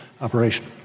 operation